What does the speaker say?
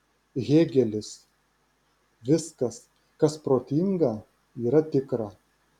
hėgelis viskas kas protinga yra tikra